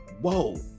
whoa